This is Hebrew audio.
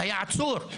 עצור,